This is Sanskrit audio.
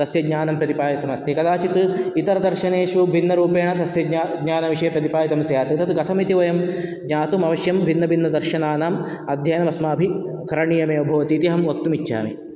ज्ञानं प्रतिपादितम् अस्ति कदाचिद् इतरदर्शनेशु भिन्नरूपेण तस्य ज्ञा ज्ञानविषये प्रतिपादितं स्यात् तद् कथम् इति वयं ज्ञातुम् अवश्यं भिन्न भिन्न दर्शनानाम् अध्ययनम् अस्माभिः करणीयम् एव भवति इति अहं वक्तुं इच्छामि